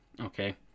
okay